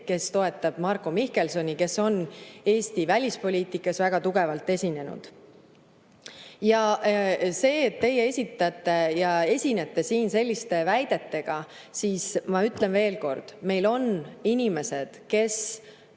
kes toetab Marko Mihkelsoni, kes on Eesti välispoliitikas väga tugevalt esinenud. Ja selle kohta, et te esinete siin selliste väidetega, ma ütlen veel kord: meil on inimesed, kes